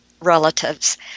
relatives